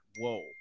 whoa